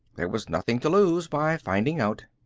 there was nothing to lose by finding out.